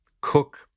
Cook